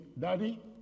Daddy